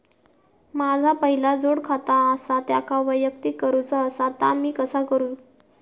माझा पहिला जोडखाता आसा त्याका वैयक्तिक करूचा असा ता मी कसा करू?